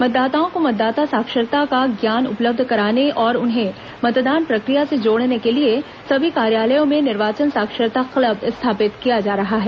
मतदाताओं को मतदाता साक्षरता का ज्ञान उपलब्ध कराने और उन्हें मतदान प्रक्रिया से जोड़ने के लिए सभी कार्यालयों में निर्वाचन साक्षरता क्लब स्थापित किए जा रहे हैं